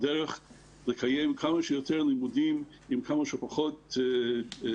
הדרך לקיים כמה שיותר לימודים עם כמה שפחות הדבקות,